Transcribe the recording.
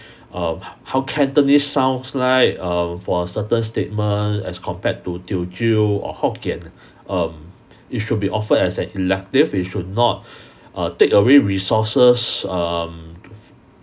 err how cantonese sounds like um for a certain statement as compared to teochew or hokkien um it should be offered as an elective it should not uh take away resources um